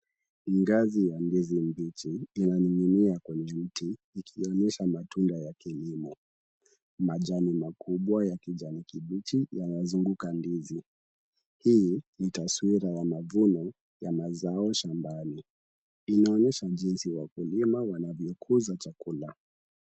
Ngazi ya ndizi mbichi inang'niaia kwenye mti ikionyesha matunda ya kilimo. Majani makubwa yakijani kibichi yanazunguka ndizi. Hii ni taswira ya mavuno ya mazao shambani. Inaonyesha jinsi wakulima wanavyokuza chakula.